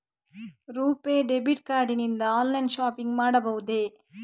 RuPay debit card ನಿಂದ online shopping ಮಾಡಬಹುದೇ?